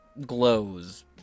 glows